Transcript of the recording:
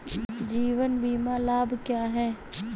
जीवन बीमा लाभ क्या हैं?